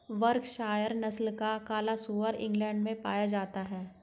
Berkshire नस्ल का काला सुअर इंग्लैण्ड में पाया जाता है